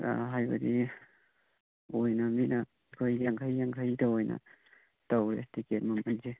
ꯈꯔ ꯍꯥꯏꯕꯗꯤ ꯑꯣꯏꯅ ꯃꯤꯅ ꯑꯩꯈꯣꯏ ꯌꯥꯡꯈꯩ ꯌꯥꯡꯈꯩꯇ ꯑꯣꯏꯅ ꯇꯧꯋꯦ ꯇꯤꯀꯦꯠ ꯃꯃꯟꯁꯦ